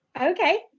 okay